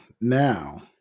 now